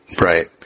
Right